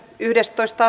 asia